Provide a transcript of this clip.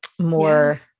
more